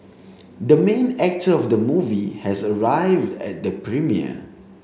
the main actor of the movie has arrived at the premiere